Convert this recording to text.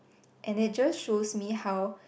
and it just shows me how